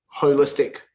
holistic